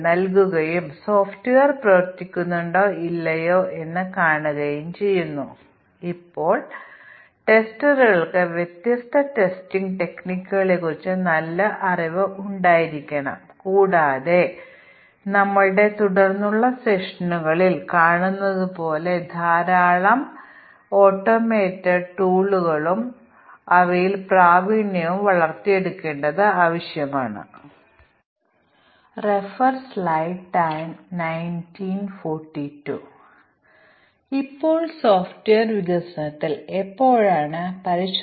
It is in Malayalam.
ഇപ്പോൾ മൊഡ്യൂളുകൾ അല്ലെങ്കിൽ യൂണിറ്റുകൾ എങ്ങനെ പരസ്പരം വിളിക്കുന്നു എന്നതിനെ അടിസ്ഥാനമാക്കിയുള്ളതാണ് ഇന്റേഗ്രേഷൻ ടെസ്റ്റിങ് അവർ പരസ്പരം എങ്ങനെ വിളിക്കുന്നു എന്നതിന്റെ ഒരു ഉദാഹരണ പ്രാതിനിധ്യം ഒരു സ്ട്രക്ചർ ചാർട്ട് ആണ് ഈ മൊഡ്യൂൾ സ്ട്രക്ചർ നമുക്ക് ലഭ്യമായികഴിഞ്ഞാൽ മൊഡ്യൂൾ സ്ട്രക്ചർ എങ്ങനെയാണ് അന്യോന്യം വിളിക്കുന്നത് എന്നതിന്റെ അടിസ്ഥാനത്തിൽ നമുക്ക് വിവിധ തരത്തിലുള്ള ഇന്റേഗ്രേഷൻ ടെസ്റ്റിങ് നടത്താം നമുക്ക് ബിഗ് ബാങ് സമീപനം ടോപ്പ് ഡൌൺ സമീപനം ബോട്ടം അപ്പ് സമീപനം മിക്സഡ് സമീപനം അല്ലെങ്കിൽ സാൻഡ്വിച്ച് സമീപനം എന്നിവ ഉണ്ടാകും